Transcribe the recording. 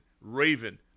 Raven